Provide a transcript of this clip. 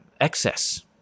excess